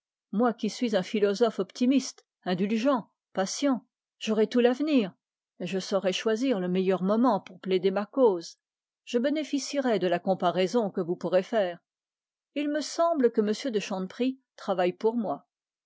moi qui suis un philosophe indulgent j'aurai tout l'avenir et je saurai choisir le meilleur moment pour plaider ma cause et il me semble que m de chanteprie travaille pour moi